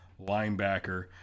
linebacker